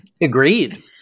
Agreed